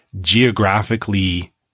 geographically